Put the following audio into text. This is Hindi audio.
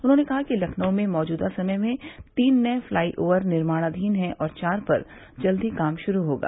उन्होंने कहा कि लखनऊ में मौजूदा समय में तीन नये पलाई ओवर निर्माणाधीन है और चार पर जल्द ही काम शुरू होगा